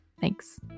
thanks